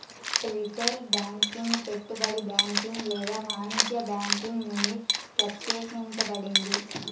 retail banking పెట్టుబడి banking లేదా వాణిజ్య బ్యాంకింగ్ నుండి ప్రత్యేకించబడింది